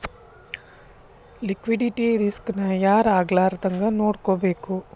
Liquidity risk ನ ಯಾರ್ ಆಗ್ಲಾರ್ದಂಗ್ ನೊಡ್ಕೊಬೇಕು?